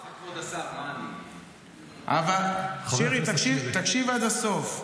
שירי, תקשיב עד הסוף.